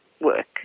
work